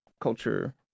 culture